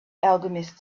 alchemist